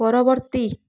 ପରବର୍ତ୍ତୀ